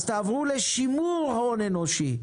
אז תעברו לשימור ההון האנושי,